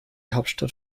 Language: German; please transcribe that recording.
hauptstadt